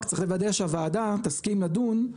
רק צריך לוודא שהוועדה תסכים לדון.